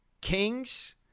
Kings